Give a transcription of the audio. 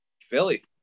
Philly